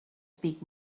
speak